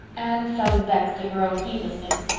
anne felt vexed at her own heedlessness.